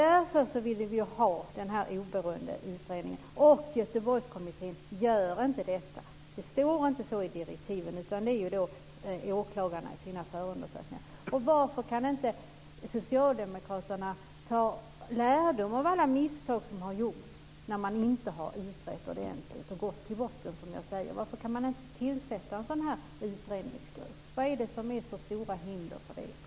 Därför ville vi ha denna oberoende utredning, och en sådan gör inte Göteborgskommittén - det står inte så i direktiven - utan det är åklagarna som gör förundersökningarna. Varför kan inte Socialdemokraterna dra lärdom av alla misstag som har gjorts när man inte har utrett ordentligt och gått till botten med det? Varför kan man inte tillsätta en utredningsgrupp? Vad är det som utgör så stora hinder för det?